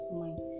mind